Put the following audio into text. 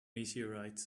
meteorites